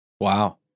Wow